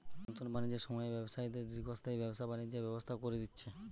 নুতন বাণিজ্যের সময়ে ব্যবসায়ীদের দীর্ঘস্থায়ী ব্যবসা বাণিজ্যের ব্যবস্থা কোরে দিচ্ছে